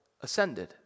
Ascended